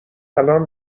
الان